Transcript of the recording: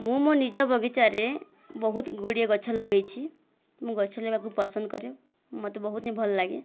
ମୁଁ ମୋ ନିଜ ବଗିଚାରେ ବହୁତ ଗୁଡ଼ିଏ ଗଛ ଲଗେଇଛି ମୁଁ ଗଛ ଲଗେଇବା ବହୁତ ପସନ୍ଦ କରେ ମୋତେ ବହୁତ ହିଁ ଭଲଲାଗେ